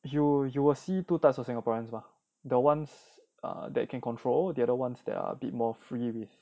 you you will see two types of singaporeans mah the ones that can control the other ones that are a bit more free with